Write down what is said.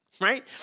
right